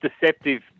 deceptive